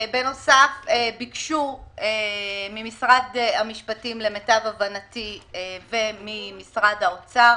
בנוסף, ביקשו ממשרד המשפטים וממשרד האוצר